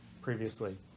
previously